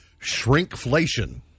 shrinkflation